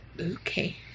Okay